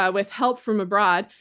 ah with help from abroad,